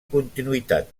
continuïtat